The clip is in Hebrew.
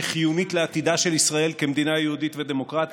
שחיונית לעתידה של ישראל כמדינה יהודית ודמוקרטית,